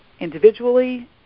individually